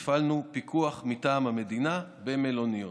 הפעלנו פיקוח מטעם המדינה במלוניות.